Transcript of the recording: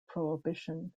prohibition